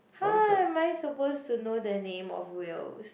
how am I suppose to know the name of whales